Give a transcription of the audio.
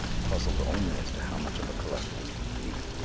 puzzled only as to how much of a collectivist to be.